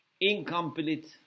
incomplete